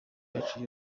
yacu